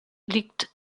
liegt